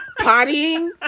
pottying